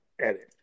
edit